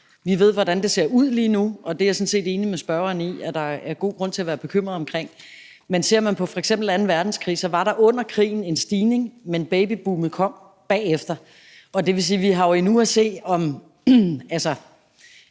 Vi ved, hvordan det ser ud lige nu, og det er jeg sådan set enig med spørgeren i at der er god grund til at være bekymret omkring. Men ser man på f.eks. anden verdenskrig, var der under krigen en stigning, men babyboomet kom bagefter. Det vil sige, at vi jo endnu har til